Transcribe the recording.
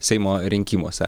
seimo rinkimuose